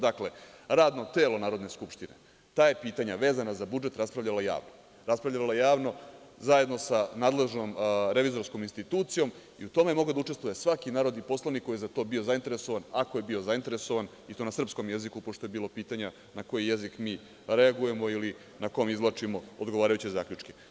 Dakle, radno telo Narodne skupštine, ta je pitanja vezana za budžet raspravljala javno zajedno sa nadležnom revizorskom institucijom i u tome je mogao da učestvuje svaki narodnu poslanik koji je za to bio zainteresovan, ako je bio zainteresovan i to na srpskom jeziku, pošto je bilo pitanja na koji jezik mi reagujemo ili na kom izvlačimo odgovarajuće zaključke.